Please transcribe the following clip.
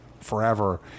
forever